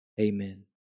Amen